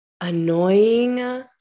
Annoying